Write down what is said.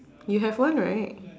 you have one right